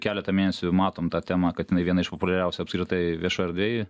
keletą mėnesių matom tą temą kad jinai viena iš populiariausių apskritai viešoj erdvėj